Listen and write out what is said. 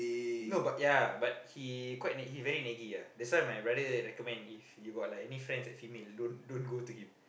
no but ya but he quite naggy he very naggy ya that's why my brother recommend if you got like any friends that are female don't don't go to him